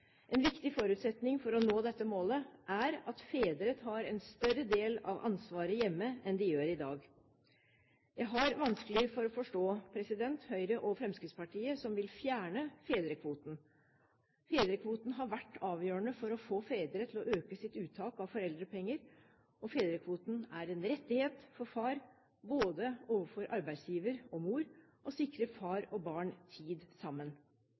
En viktig forutsetning for å nå dette målet er at fedre tar en større del av ansvaret hjemme enn de gjør i dag. Jeg har vanskelig for å forstå Høyre og Fremskrittspartiet som vil fjerne fedrekvoten. Fedrekvoten har vært avgjørende for å få fedre til å øke sitt uttak av foreldrepenger. Fedrekvoten er en rettighet for far, både overfor arbeidsgiver og mor, og sikrer far og barn tid sammen.